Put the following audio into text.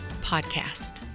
Podcast